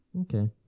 Okay